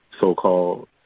so-called